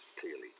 clearly